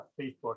Facebook